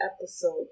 episode